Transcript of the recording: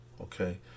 okay